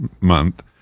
month